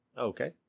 Okay